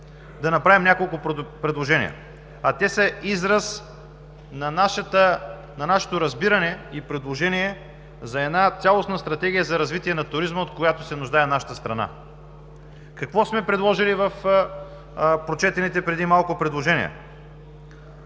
да направим няколко предложения, а те са израз на нашето разбиране и предложение за една цялостна стратегия за развитие на туризма, от която се нуждае нашата страна. Какво сме предложи в прочетените преди малко предложения?